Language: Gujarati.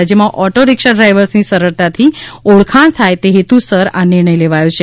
રાજ્યમાં ઑટો રીક્ષા ડ્રાઈવર્સની સરળતાથી ઓળખાણ થાય તે હેતુસર નિર્ણય લેવાયો છે